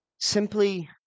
simply